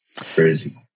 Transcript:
crazy